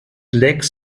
lecks